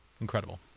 incredible